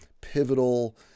pivotal